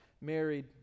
married